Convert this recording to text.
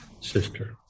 sister